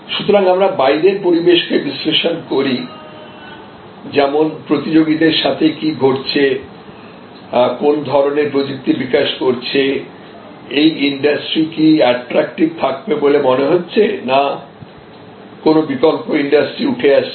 সুতরাং আমরা বাইরের পরিবেশকে বিশ্লেষণ করি যেমন প্রতিযোগীদের সাথে কী ঘটছে কোন ধরণের প্রযুক্তি বিকাশ করছে এই ইন্ডাস্ট্রি কি এট্রাক্টিভ থাকবে বলে মনে হচ্ছে না কোন বিকল্প ইন্ডাস্ট্রি উঠে আসছে